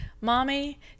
Mommy